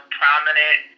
prominent